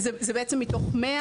זה בעצם מתוך 100,